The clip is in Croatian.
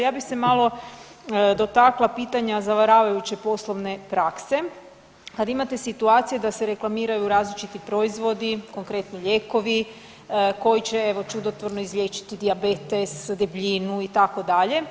Ja bih se malo dotakla pitanja zavaravajuće poslovne prakse kad imate situacije da se reklamiraju različiti proizvodi konkretno lijekovi koji će evo čudotvorno izliječiti dijabetes, debljinu itd.